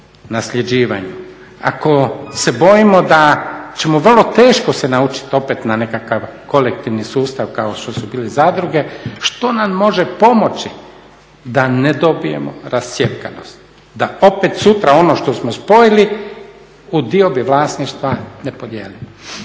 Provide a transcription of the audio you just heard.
ako se bojimo da ćemo vrlo teško se naučiti opet na nekakav kolektivni sustav kao što su bile zadruge što nam može pomoći da ne dobijemo rascjepkanost, da opet sutra ono što smo spojili u diobi vlasništva ne podijelimo.